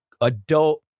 adult